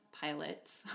pilots